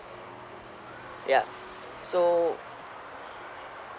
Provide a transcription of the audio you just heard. ya so